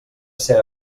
ser